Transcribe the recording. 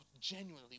genuinely